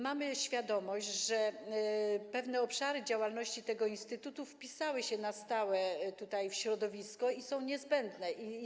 Mamy świadomość, że pewne obszary działalności tego instytutu wpisały się na stałe w środowisko i są niezbędne.